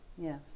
Yes